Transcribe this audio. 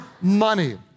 money